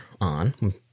on